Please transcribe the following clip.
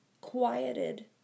quieted